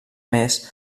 més